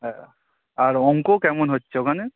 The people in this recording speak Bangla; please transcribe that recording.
হ্যাঁ আর অঙ্ক কেমন হচ্ছে ওখানে